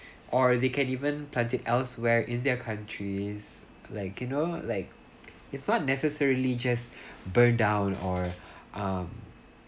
or they can even plant it elsewhere in their countries like you know like it's not necessarily just burn down or um